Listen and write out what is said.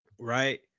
Right